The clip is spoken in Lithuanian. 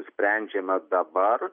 sprendžiama dabar